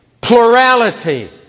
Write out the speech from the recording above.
plurality